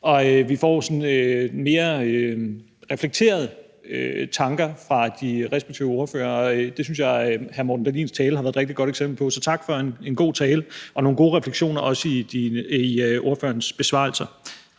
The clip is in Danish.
Vi får sådan mere reflekterede tanker fra de respektive ordførere. Det synes jeg hr. Morten Dahlins tale har været et rigtig godt eksempel på, så tak for en god tale og nogle gode refleksioner, også i ordførerens besvarelser.